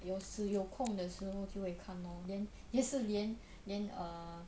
有时有空的时候就会看 lor then 也是连连连 err